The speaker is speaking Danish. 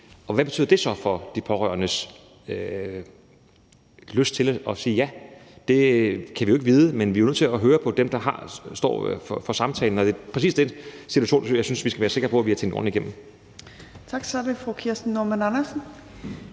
og hvad betyder det så for de pårørendes lyst til at sige ja? Det kan vi ikke vide, men vi er jo nødt til at høre på dem, der står for samtalen. Det er præcis den situation, jeg synes vi skal være sikre på vi har tænkt ordentlig igennem. Kl. 13:05 Tredje næstformand (Trine